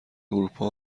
اروپا